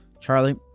Charlie